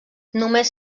només